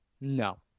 No